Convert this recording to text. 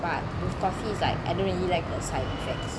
but with coffee is like I don't really like the side effects